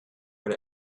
what